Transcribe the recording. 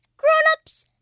grown-ups,